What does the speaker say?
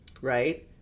right